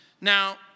Now